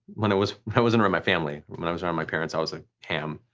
when i was i was around my family, when i was around my parents, i was a ham.